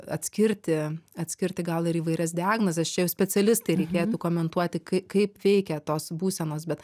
atskirti atskirti gal ir įvairias diagnozes čia jau specialistai reikėtų komentuoti kai kaip veikia tos būsenos bet